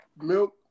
milk